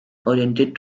oriented